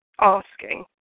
asking